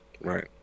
Right